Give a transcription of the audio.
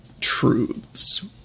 truths